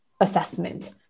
assessment